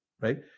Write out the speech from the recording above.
right